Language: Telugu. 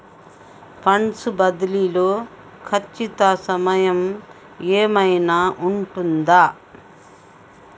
ఫండ్స్ బదిలీ లో ఖచ్చిత సమయం ఏమైనా ఉంటుందా?